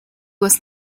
was